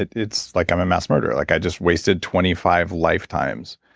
it's like i'm a mass murderer, like i just wasted twenty five lifetimes.